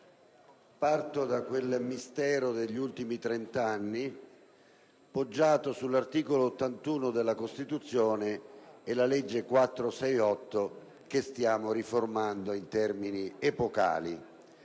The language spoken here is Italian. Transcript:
parto da quel mistero degli ultimi trent'anni poggiato sull'articolo 81 della Costituzione e sulla legge n. 468 del 1978 che stiamo riformando in termini epocali.